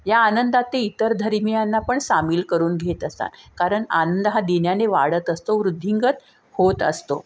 या आनंदात ते इतर धर्मियांना पण सामील करून घेत असतात कारण आनंद हा दिल्याने वाढत असतो वृद्धिंगत होत असतो